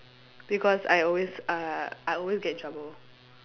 because I always uh I always get in trouble